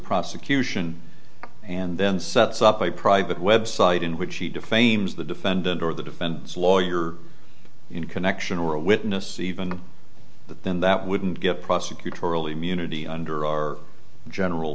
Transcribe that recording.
prosecution and then sets up a private website in which he defames the defendant or the defense lawyer in connection or a witness even then that wouldn't give prosecutorial immunity under our general